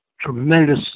tremendous